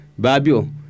Babio